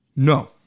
No